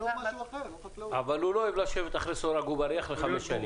אבל הוא לא אוהב לשבת מאחורי סורג ובריח לחמש שנים.